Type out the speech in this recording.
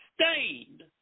stained